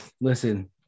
Listen